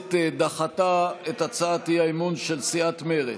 הכנסת דחתה את הצעת האי-אמון של סיעת מרצ.